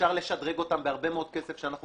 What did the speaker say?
אפשר לשדרג אותן בהרבה מאוד כסף שאנחנו